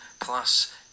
Plus